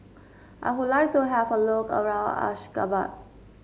I would like to have a look around Ashgabat